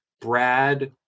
Brad